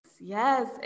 Yes